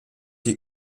die